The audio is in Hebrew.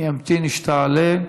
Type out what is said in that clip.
אני אמתין שתעלה.